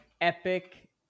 epic